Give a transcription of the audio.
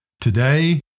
Today